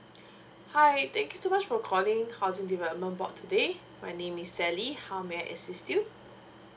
hi thank you so much for calling housing development board today my name is sally how may I assist you